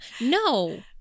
No